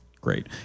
Great